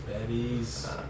Betty's